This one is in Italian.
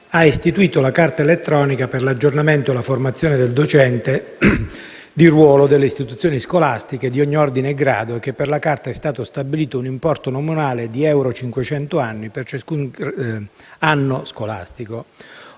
ha istituito «la Carta elettronica per l'aggiornamento e la formazione del docente di ruolo delle istituzioni scolastiche di ogni ordine e grado» e che per la carta è stato stabilito un «importo nominale di euro 500 annui per ciascun anno scolastico»;